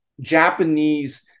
japanese